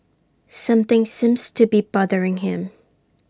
something seems to be bothering him